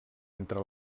entre